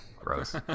Gross